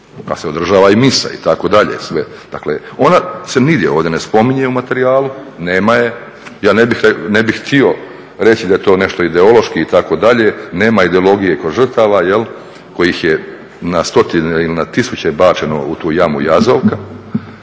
pa se održava i misa itd. Dakle, ona se nigdje ovdje ne spominje u materijalu, nema je. Ja ne bih htio reći da je to nešto ideološki itd., nema ideologije kod žrtava jel' kojih je na stotine ili na tisuće bačeno u tu jamu Jazovka,